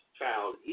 child